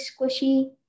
squishy